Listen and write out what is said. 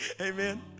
amen